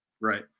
right